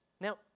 Now